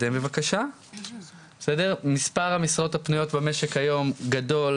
מספר המשרות הפנויות במשק היום גדול